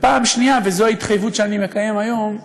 דבר שני, וזו ההתחייבות שאני מקיים היום,